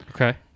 Okay